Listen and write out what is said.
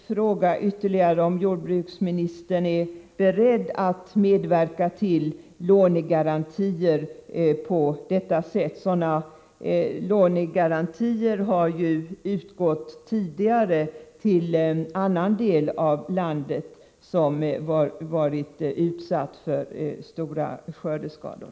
Är jordbruksministern beredd att medverka till att det ges lånegarantier? Tidigare har det ju lämnats lånegarantier till andra delar av landet som utsatts för stora skördeskador.